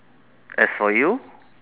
as for you